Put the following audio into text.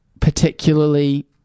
Particularly